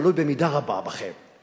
תלוי במידה רבה בכם.